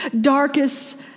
darkest